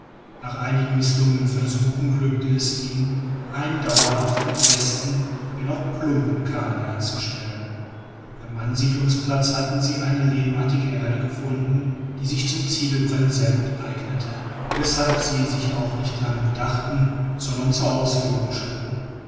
nach einigen mißlungenen versuchen glückte es ihnen einen dauerhaften festen wenn auch plumpen karren herzustellen beim ansiedelungsplatz hatten sie eine lehmartige erde gefunden die sich zum ziegelbrennen sehr gut eignete weshalb sie sich auch nicht lange bedachten sondern zur ausführung schritten